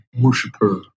worshiper